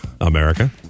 America